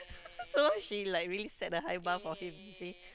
so she like really set the high bar for him you see